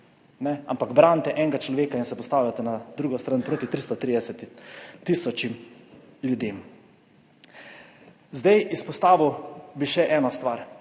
ampak branite enega človeka in se postavljate na drugo stran proti 330 tisoč ljudem. Izpostavil bi še eno stvar.